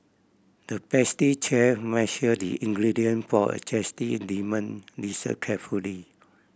the pastry chef measured the ingredient for a zesty lemon dessert carefully